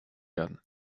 werden